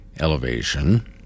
elevation